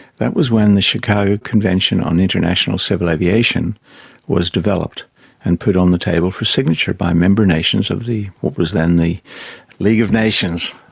that was when the chicago convention on international civil aviation was developed and put on the table for signature by member nations of what was then the league of nations,